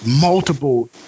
multiple